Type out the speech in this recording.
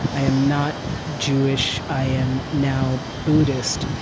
i am not jewish i am now buddhist.